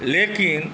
लेकिन